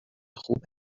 خوب